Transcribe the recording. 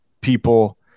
people